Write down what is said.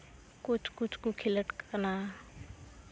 ᱠᱩᱪ ᱠᱩᱪ ᱠᱚ ᱠᱷᱮᱞᱳᱰ ᱠᱟᱱᱟ